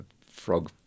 frog